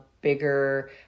bigger